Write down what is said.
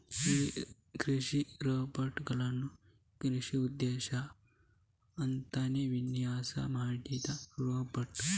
ಈ ಕೃಷಿ ರೋಬೋಟ್ ಗಳು ಕೃಷಿ ಉದ್ದೇಶಕ್ಕೆ ಅಂತಾನೇ ವಿನ್ಯಾಸ ಮಾಡಿದಂತ ರೋಬೋಟ್